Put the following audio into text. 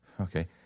Okay